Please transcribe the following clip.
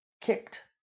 kicked